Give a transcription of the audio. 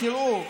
תראו,